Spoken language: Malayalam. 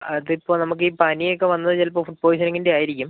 അതിപ്പോൾ നമുക്ക് ഈ പനിയൊക്കെ വന്നത് ചിലപ്പോൾ ഫുഡ് പൊയിസണിങ്ങിൻ്റെ ആയിരിക്കും